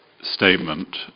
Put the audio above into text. statement